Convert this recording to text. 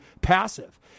passive